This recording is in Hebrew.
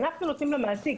אנחנו נותנים למעסיק